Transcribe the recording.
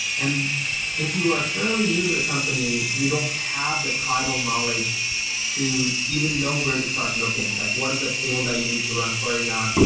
and if you are fairly new to the company, you don't have the tribal knowledge to even know where to start looking. like what is the table that you need to run a query on,